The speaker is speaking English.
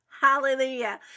hallelujah